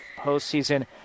postseason